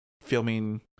filming